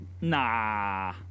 nah